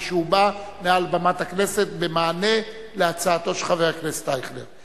שהובעה מעל במת הכנסת במענה להצעתו של חבר הכנסת אייכלר.